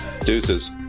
Deuces